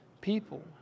people